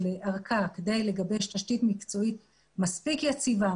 אורכה כדי לגבש תשתית מקצועית מספיק יציבה,